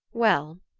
well,